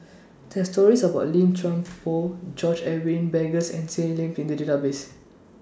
There Are stories about Lim Chuan Poh George Edwin Bogaars and Seah Seah Peck in The Database